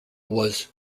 was